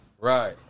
Right